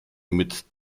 mit